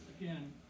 again